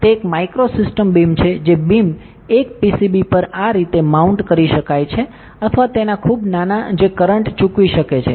તે એક micro system beam છે જે બીમ એક પીસીબી પર આ રીતે માઉન્ટ કરી શકાય છે અથવા તેના ખૂબ નાના જે કરંટ ચૂકવી શકે છે